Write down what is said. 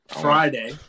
Friday